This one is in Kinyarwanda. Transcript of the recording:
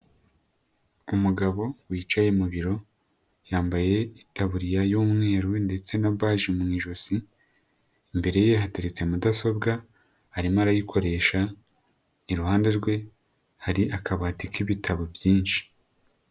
Umugabo wicaye mu biro yambaye itaburiya y'umweru ndetse na baji mu ijosi, imbere ye hateritse mudasobwa arimo arayikoresha, iruhande rwe hari akabati k'ibitabo byinshi.